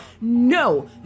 no